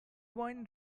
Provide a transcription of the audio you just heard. wine